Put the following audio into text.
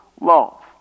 love